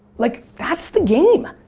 like that's the game.